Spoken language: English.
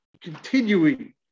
Continuing